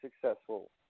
successful